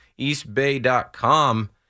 eastbay.com